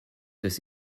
this